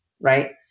right